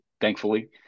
thankfully